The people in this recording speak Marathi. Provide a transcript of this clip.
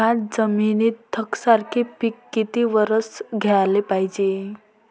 थ्याच जमिनीत यकसारखे पिकं किती वरसं घ्याले पायजे?